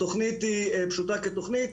התכנית היא פשוטה כתכנית,